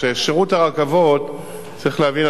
צריך להבין,